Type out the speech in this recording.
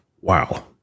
wow